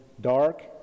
dark